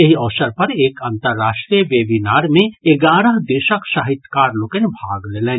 एहि अवसर पर एक अन्तर्राष्ट्रीय वेबीनार मे एगारह देशक साहित्यकार लोकनि भाग लेलनि